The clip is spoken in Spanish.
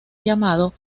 llamado